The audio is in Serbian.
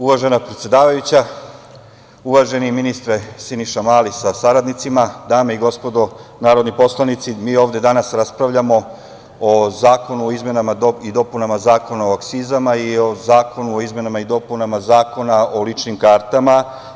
Uvažena predsedavajuća, uvaženi ministre Siniša Mali sa saradnicima, dame i gospodo narodni poslanici, mi ovde danas raspravljamo o zakonu o izmenama i dopunama Zakona o akcizama i o zakonu o izmenama i dopunama Zakona o ličnim kartama.